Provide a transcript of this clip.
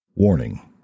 Warning